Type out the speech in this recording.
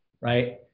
right